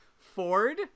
Ford